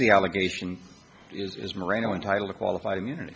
the allegation is marina entitled qualified immunity